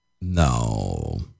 No